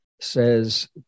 says